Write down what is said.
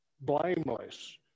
blameless